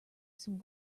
some